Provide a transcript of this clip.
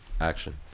action